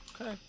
Okay